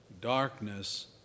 darkness